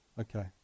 Okay